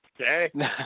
Okay